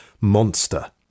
monster